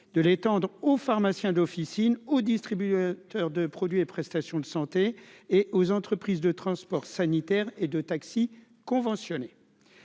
de l'étendre aux pharmaciens d'officine distribuait auteur de produits et prestations de santé et aux entreprises de transport sanitaire et de taxis conventionnés,